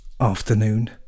afternoon